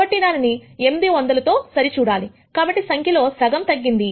కాబట్టి దానిని 800 తో సరి చూడాలి కాబట్టి సంఖ్యలో సగం తగ్గింది